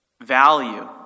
value